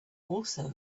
also